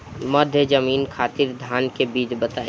मध्य जमीन खातिर धान के बीज बताई?